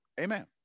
amen